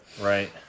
Right